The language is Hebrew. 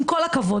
עם כל הכבוד,